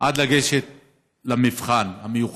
עד שהוא ניגש למבחן המיוחל.